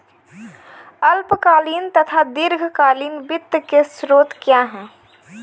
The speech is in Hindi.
अल्पकालीन तथा दीर्घकालीन वित्त के स्रोत क्या हैं?